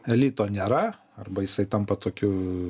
elito nėra arba jisai tampa tokiu